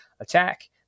attack